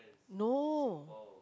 no